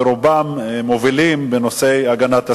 ורובם מובילים בנושא הגנת הסביבה.